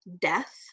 death